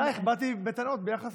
אלייך באתי בטענות ביחס,